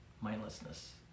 mindlessness